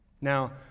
Now